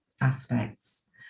aspects